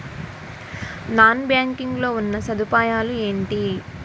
Non banking లో ఉన్నా సదుపాయాలు ఎంటి?